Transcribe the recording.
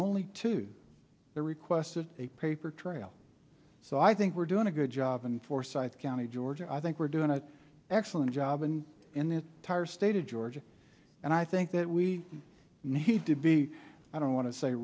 only two the requested a paper trail so i think we're doing a good job and forsyth county georgia i think we're doing an excellent job and in the tire state of georgia and i think that we need to be i don't wan